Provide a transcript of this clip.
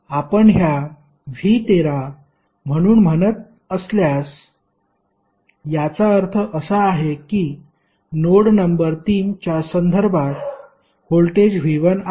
आपण ह्या V13 म्हणून म्हणत असल्यास याचा अर्थ असा आहे की नोड नंबर 3 च्या संदर्भात व्होल्टेज V1 आहे